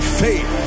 faith